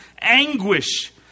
anguish